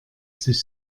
sich